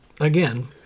again